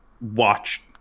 watch